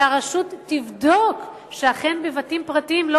שהרשות תבדוק שאכן בבתים פרטיים,